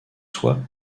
soi